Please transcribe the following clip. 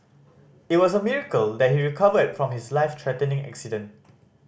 it was a miracle that he recovered from his life threatening accident